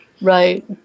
Right